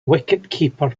wicketkeeper